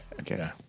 Okay